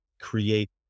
create